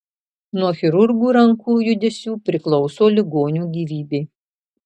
nuo chirurgų rankų judesių priklauso ligonio gyvybė